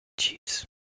Jeez